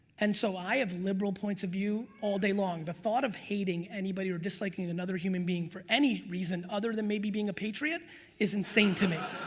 and so i have liberal points of view all day long. the thought of hating anybody or disliking another human being for any reason other than maybe being a patriot is insane to me,